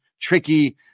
tricky